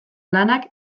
lanak